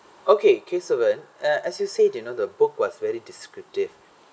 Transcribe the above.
okay kesavan uh as you said you know the book was very descriptive